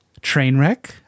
Trainwreck